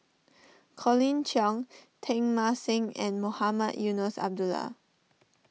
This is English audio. Colin Cheong Teng Mah Seng and Mohamed Eunos Abdullah